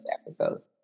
episodes